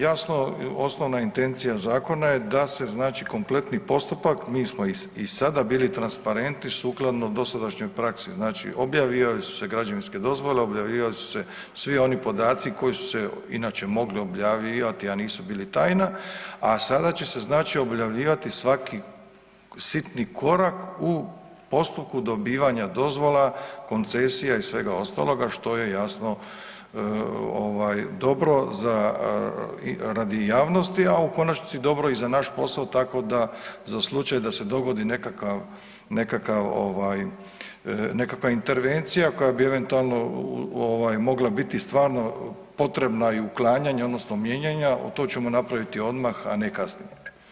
Jasno osnovna intencija zakona je da se znači kompletni postupak, mi smo i sada bili transparentni sukladno dosadašnjoj praksi, znači objavljivale su se građevinske dozvole, objavljivali su se svi oni podaci koji su se inače mogli objavljivati, a nisu bili tajna, a sada će se znači objavljivati svaki sitni korak u postupku dobivanja dozvola, koncesija i svega ostaloga što je jasno ovaj dobro za, radi javnosti, a u konačnosti dobro i za naš posao, tako da za slučaj da se dogodi nekakav, nekakav ovaj, nekakva intervencija koja bi eventualno ovaj mogla biti stvarno potrebna i uklanjanja odnosno mijenjanja, to ćemo napraviti odmah, a ne kasnije.